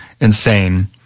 Insane